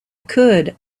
could